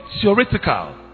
theoretical